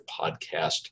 podcast